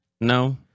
No